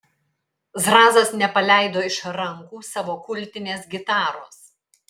zrazas nepaleido iš rankų savo kultinės gitaros